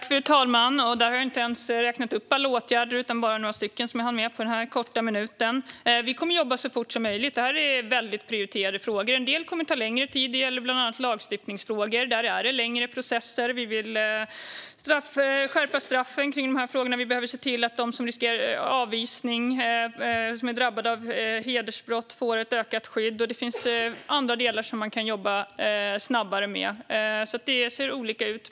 Fru talman! Jag har inte ens räknat upp alla åtgärder. Jag hann bara med några stycken. Vi kommer att jobba så fort som möjligt. Det är väldigt prioriterade frågor. En del kommer att ta längre tid. Det gäller bland annat lagstiftningsfrågor. Där är det längre processer. Vi vill skärpa straffen när det gäller de här frågorna. Vi behöver se till att de som riskerar avvisning och är drabbade av hedersbrott får ett ökat skydd. Det finns andra delar man kan jobba snabbare med. Det ser alltså olika ut.